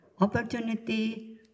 opportunity